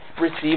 receive